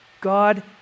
God